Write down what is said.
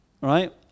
right